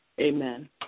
Amen